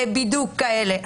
בידוק כאלה.